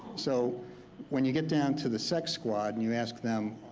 so when you get down to the sec squad and you ask them,